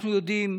אנחנו יודעים,